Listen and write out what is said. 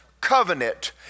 covenant